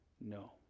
No